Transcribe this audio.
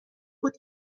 بود